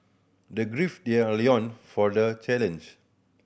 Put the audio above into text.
they their loin for the challenge